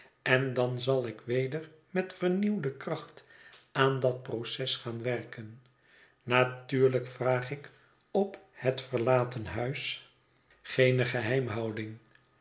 en dan zal ik weder met vernieuwde kracht aan dat proces gaan werken natuurlijk vraag ik op het verlaten huis geene geheimhouding